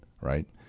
right